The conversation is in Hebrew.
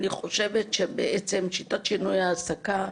אני חושבת שבעצם שיטת שינוי העסקה,